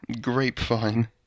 Grapevine